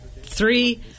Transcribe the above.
three